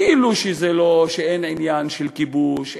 כאילו אין עניין של כיבוש,